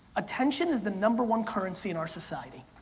attention is the number one currency in our society.